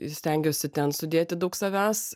stengiuosi ten sudėti daug savęs